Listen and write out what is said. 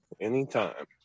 anytime